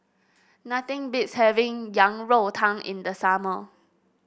nothing beats having Yang Rou Tang in the summer